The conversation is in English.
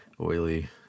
oily